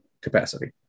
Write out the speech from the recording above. capacity